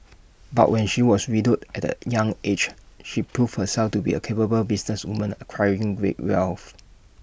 but when she was widowed at A young aged she proved herself to be A capable businesswoman acquiring great wealth